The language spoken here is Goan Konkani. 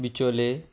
बिचोलें